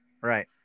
Right